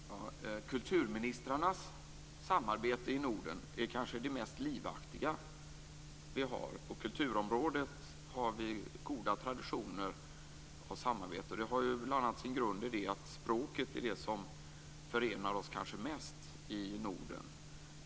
Herr talman! Kulturministrarnas samarbete i Norden är kanske det mest livaktiga. På kulturområdet har vi goda traditioner av samarbete. Det har bl.a. sin grund i att språket är det som kanske förenar oss mest i Norden.